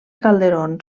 calderón